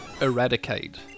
eradicate